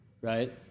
right